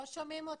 לא שומעים אותך.